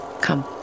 Come